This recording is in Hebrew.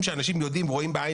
אני מציין את הנתונים, את העובדות.